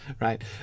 Right